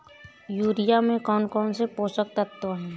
Urea में कौन कौन से पोषक तत्व है?